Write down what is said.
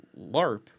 LARP